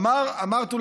אמרת,